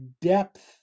depth